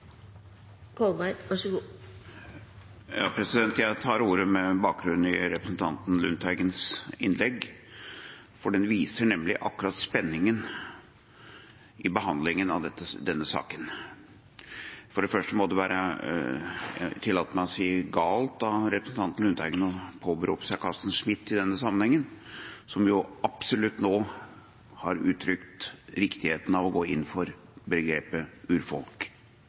behandlingen av denne saken. For det første må det være – jeg tillater meg å si det – galt av representanten Lundteigen å påberope seg Carsten Smith i denne sammenheng, som absolutt har uttrykt riktigheten av å gå inn for begrepet